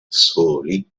soli